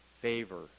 favor